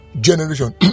generation